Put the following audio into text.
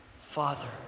Father